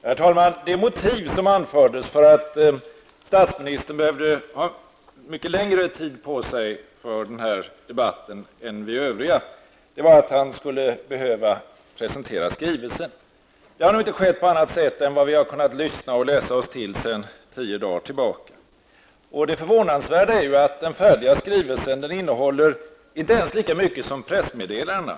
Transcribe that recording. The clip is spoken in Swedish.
Herr talman! Det motiv som anfördes för att statsministern behövde ha mycket längre tid på sig i debatten än vi övriga var att han skulle presentera skrivelsen. Vi har inte fått någon presentation av skrivelsen utöver det som vi har kunnat lyssna och läsa oss till sedan tio dagar tillbaka. Det förvånansvärda är att den färdiga skrivelsen inte ens innehåller lika mycket som pressmeddelandena.